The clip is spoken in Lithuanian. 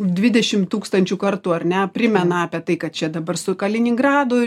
dvidešim tūkstnčių kartų ar ne primena apie tai kad čia dabar su kaliningradu